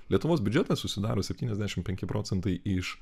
lietuvos biudžetas susidaro septyniasdešimy penki procentai iš